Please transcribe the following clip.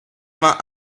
vingt